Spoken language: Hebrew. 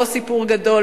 לא סיפור גדול,